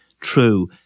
true